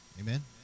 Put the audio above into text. Amen